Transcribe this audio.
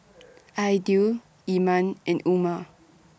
Aidil Iman and Umar